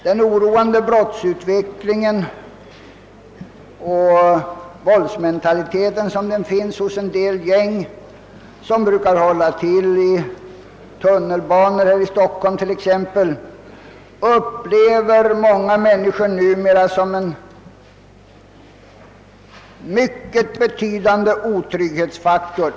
Den oroande brottsutvecklingen och våldsmentaliteten inom vissa gäng — sådana som exempelvis håller till vid tunnelbanorna här i Stockholm — upplever många människor numera som en mycket betydande <otrygghetsfaktor.